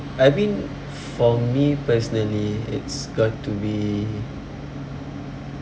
I mean for me personally it's got to be